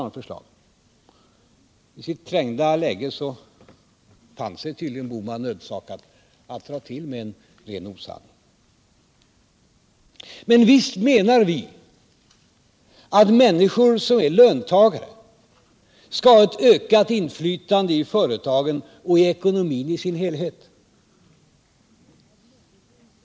I sitt trängda läge fann sig tydligen herr Bohman nödsakad att dra till med en ren osanning. Visst menar vi att människor som är löntagare skall ha ett ökat inflytande i företagen och ekonomin i dess helhet.